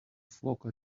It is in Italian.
fuoco